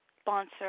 sponsor